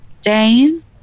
Dane